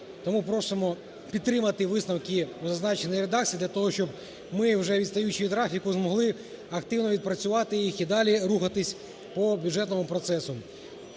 тому просимо підтримати висновки у зазначеній редакції для того, щоб ми вже відстаючи від графіку, змогли активно відпрацювати їх і далі рухатись по бюджетному процесу.